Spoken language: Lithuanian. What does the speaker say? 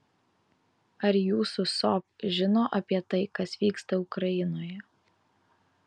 ar jūsų sop žino apie tai kas vyksta ukrainoje